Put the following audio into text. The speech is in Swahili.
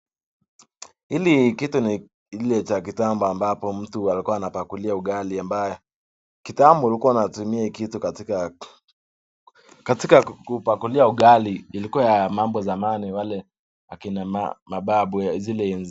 Hili kitu ni ile cha kitambo ambapo mtu alikuwa anapakulia ugali ambayo, kitambo ulikuwa unatumia hii kitu katika kupakulia ugali, ilikuwa ya mambo zamani wale akina mababu zile enzi.